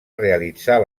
realitzar